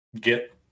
get